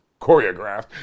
choreographed